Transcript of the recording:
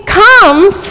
comes